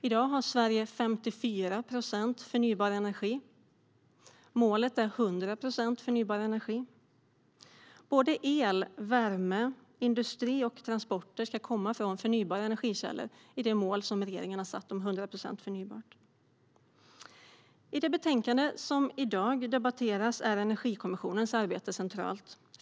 Sverige har i dag 54 procent förnybar energi. Målet är 100 procent förnybar energi. Såväl el som värme, industri och transporter ska komma från förnybara energikällor enligt det mål som regeringen har satt upp om 100 procent förnybart. I det betänkande som i dag debatteras är Energikommissionens arbete centralt.